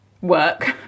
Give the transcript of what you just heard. work